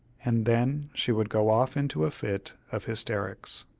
and then she would go off into a fit of hysterics.